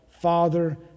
Father